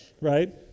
right